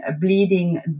Bleeding